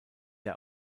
der